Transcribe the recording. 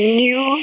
new